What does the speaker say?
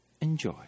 enjoy